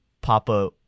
Papa